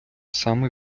саме